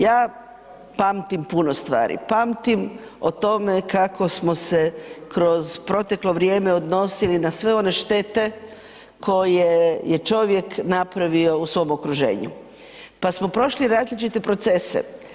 Ja pamtim puno stvari, pamtim o tome kako smo se kroz proteklo vrijeme odnosili na sve one štete koje je čovjek napravio u svom okruženju, pa smo prošli različite procese.